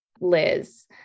Liz